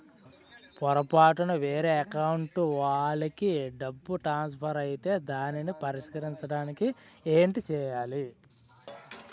పొరపాటున వేరే అకౌంట్ వాలికి డబ్బు ట్రాన్సఫర్ ఐతే దానిని పరిష్కరించడానికి ఏంటి చేయాలి?